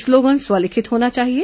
slogan स्व लिखित होना चाहिए